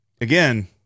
Again